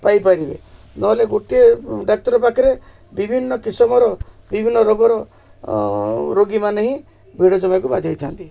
ପାଇପାରିବେ ନହେଲେ ଗୋଟିଏ ଡାକ୍ତର ପାଖରେ ବିଭିନ୍ନ କିଶମର ବିଭିନ୍ନ ରୋଗର ରୋଗୀମାନେ ହିଁ ଭିଡ଼ ଜମେଇବାକୁ ବାଧ୍ୟ ହେଇଥାନ୍ତି